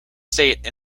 state